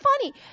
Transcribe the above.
funny